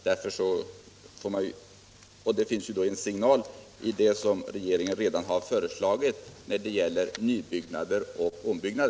Nu finns en signal till åtgärder i det som regeringen redan föreslagit när det gäller nybyggnader och ombyggnad.